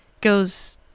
goes